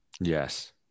Yes